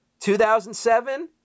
2007